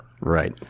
Right